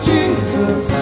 Jesus